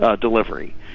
delivery